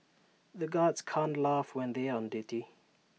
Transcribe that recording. the guards can't laugh when they are on duty